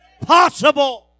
possible